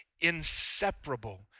inseparable